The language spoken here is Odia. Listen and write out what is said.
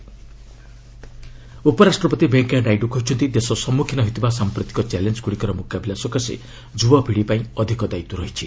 ଭାଇସ୍ ପ୍ରେସିଡେଣ୍ଟ ଉପରାଷ୍ଟ୍ରପତି ଭେଙ୍କିୟା ନାଇଡୁ କହିଛନ୍ତି ଦେଶ ସମ୍ମୁଖୀନ ହେଉଥିବା ସାମ୍ପ୍ରତିକ ଚାଲେଞ୍ଜଗୁଡ଼ିକର ମୁକାବିଲା ସକାଶେ ଯୁବପିଢ଼ି ପାଇଁ ଅଧିକ ଦାୟିତ୍ୱ ରହିଛି